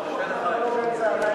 אני אעלה אחריו.